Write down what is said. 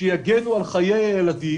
שיגנו על חיי הילדים,